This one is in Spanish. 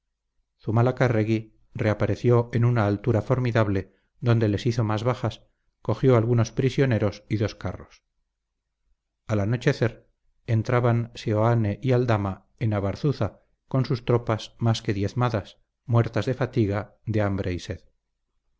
río urederra zumalacárregui reapareció en una altura formidable donde les hizo más bajas cogió algunos prisioneros y dos carros al anochecer entraban seoane y aldama en abarzuza con sus tropas más que diezmadas muertas de fatiga de hambre y sed